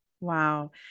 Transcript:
Wow